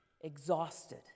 exhausted